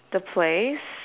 the place